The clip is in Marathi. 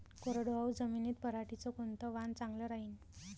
कोरडवाहू जमीनीत पऱ्हाटीचं कोनतं वान चांगलं रायीन?